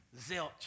zilch